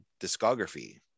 discography